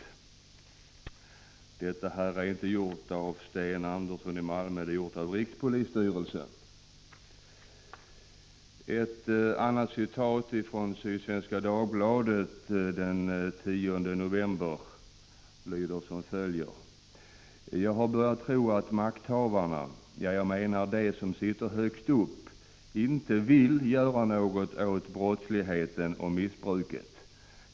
Dessa uttalanden har inte gjorts av Sten Andersson i Malmö utan av rikspolisstyrelsen. Ett annat citat från Sydsvenska Dagbladet den 10 november i år lyder: ”Jag har börjat tro att makthavarna — ja, jag menar de som sitter högst upp —- inte vill göra något åt brottsligheten och missbruket.